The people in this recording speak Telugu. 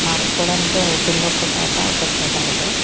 మార్చుకోవడానికీ అవుతుంది ఒక్కో చోట ఒక్కో చోట అవ్వదు